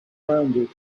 rounded